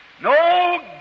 No